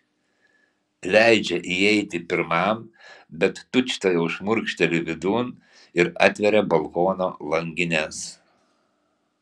leidžia įeiti pirmam bet tučtuojau šmurkšteli vidun ir atveria balkono langines